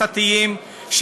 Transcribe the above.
הכנסייתיים,